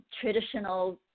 traditional